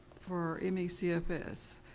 for me cfs.